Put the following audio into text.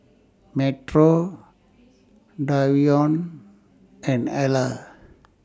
Metro Davion and Alla